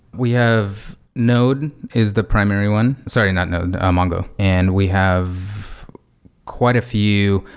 we have node is the primary one. sorry, not node. mongo. and we have quite a few.